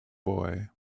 boy